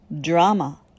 drama